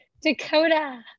dakota